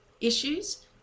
issues